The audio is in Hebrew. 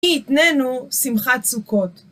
מי יתננו שמחת סוכות!